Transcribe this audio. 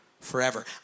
forever